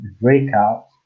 breakout